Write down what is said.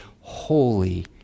holy